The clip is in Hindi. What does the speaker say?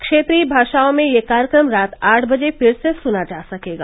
क्षेत्रीय भाषाओं में यह कार्यक्रम रात आठ बजे फिर सुना जा सकेगा